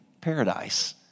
paradise